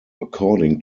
according